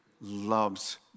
loves